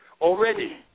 already